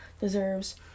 deserves